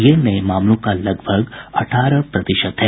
ये नए मामलों का लगभग अठारह प्रतिशत है